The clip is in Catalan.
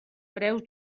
preus